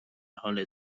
حال